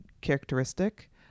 characteristic